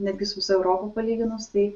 netgi su visa europa palyginus tai